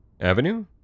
Avenue